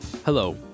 Hello